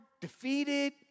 defeated